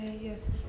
yes